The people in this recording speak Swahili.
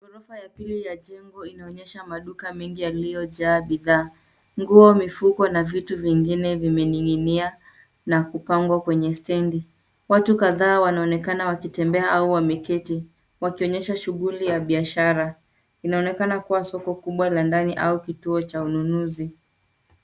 Ghorofa ya pili ya jengo inaonyesha maduka mengi yaliyojaa bidhaa. Nguo, mifuko na vitu vingine vimening'inia na kupangwa kwenye stendi. Watu kadha wanaonekana wakitembea au wameketi, wakionyesha shughuli ya biashara. Inaonekana kuwa soko kubwa la ndani au kituo cha ununuzi.